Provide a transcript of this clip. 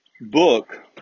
book